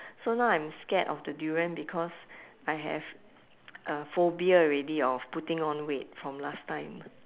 so now I'm scared of the durian because I have uh phobia already of putting on weight from last time